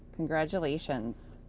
congratulations.